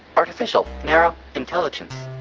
artificial narrow intelligence.